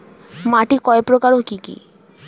মাটি কয় প্রকার ও কি কি?